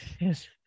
Yes